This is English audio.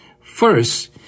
First